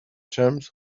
terms